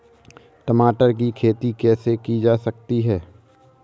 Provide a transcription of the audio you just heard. टमाटर की खेती कैसे की जा सकती है?